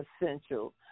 essential